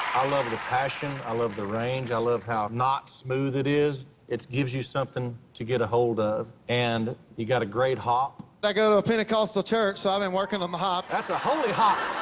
i love the passion. i love the range. i love how not-smooth it is. it gives you something to get ahold of. and you got a great hop. and but i go to a a pentecostal church, so i've been working on the hop. that's a holy hop!